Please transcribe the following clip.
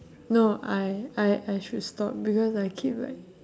no I I I should stop because I keep like